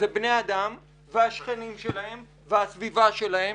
אלה בני אדם והשכנים שלהם והסביבה שלהם